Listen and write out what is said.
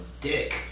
dick